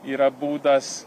yra būdas